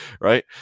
right